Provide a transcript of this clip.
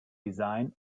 design